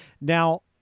Now